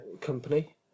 company